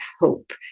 hope